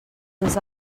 this